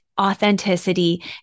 authenticity